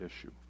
issue